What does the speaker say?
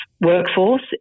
Workforce